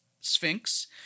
Sphinx